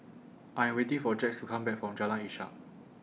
I Am waiting For Jax to Come Back from Jalan Ishak